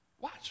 Watch